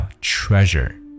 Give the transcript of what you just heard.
Treasure